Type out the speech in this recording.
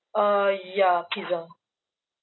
uh ya pizza